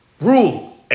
Rule